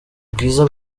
bwiza